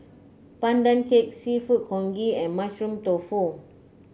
Pandan Cake seafood congee and Mushroom Tofu